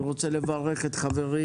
אני רוצה לברך את חברי,